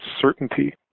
certainty